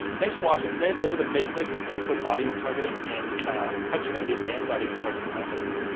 thanks for watching today. those are the basic facebook audience targeting and touching on the advanced audience targeting methods.